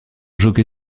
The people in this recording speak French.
jockey